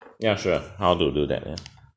ya sure how to do that ya